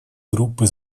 группы